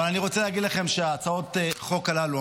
אבל אני רוצה להגיד לכם שהצעות החוק הללו,